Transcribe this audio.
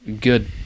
good